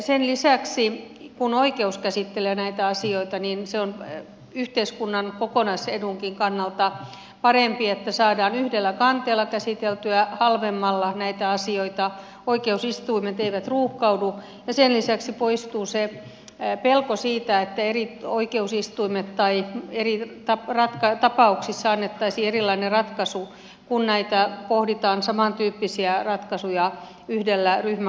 sen lisäksi kun oikeus käsittelee näitä asioita niin se on yhteiskunnan kokonaisedunkin kannalta parempi että saadaan yhdellä kanteella käsiteltyä halvemmalla näitä asioita oikeusistuimet eivät ruuhkaudu ja sen lisäksi poistuu pelko siitä että ehdin oikeusistuimen tai eilen tappara eri tapauksissa annettaisiin erilainen ratkaisu kun näitä samantyyppisiä ratkaisuja pohditaan yhdellä ryhmäkanteella